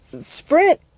SPRINT